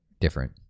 different